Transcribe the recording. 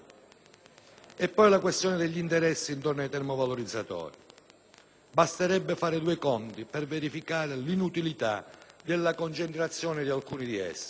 E poi la questione degli interessi che ruotano intorno ai termovalorizzatori. Basterebbe fare due conti per verificare l'inutilità della concentrazione di alcuni di essi.